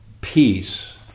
peace